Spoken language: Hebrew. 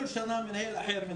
בכל שנה מנהל אחר.